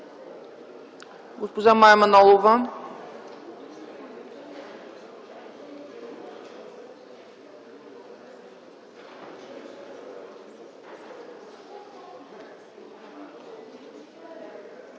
Госпожа Мая Манолова.